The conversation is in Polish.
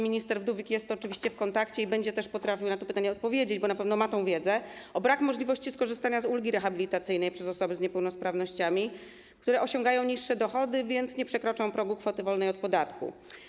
Minister Wdówik jest oczywiście w kontakcie i będzie też potrafił na to pytanie odpowiedzieć, bo na pewno ma tę wiedzę dotyczącą braku możliwości skorzystania z ulgi rehabilitacyjnej przez osoby z niepełnosprawnościami, które osiągają niższe dochody, więc nie przekroczą progu kwoty wolnej od podatku.